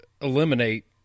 eliminate